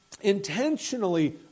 intentionally